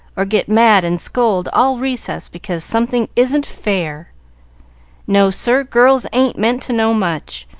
or get mad and scold all recess, because something isn't fair no, sir girls ain't meant to know much,